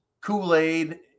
kool-aid